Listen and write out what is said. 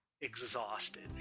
exhausted